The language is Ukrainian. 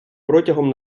протягом